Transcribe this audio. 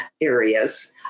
areas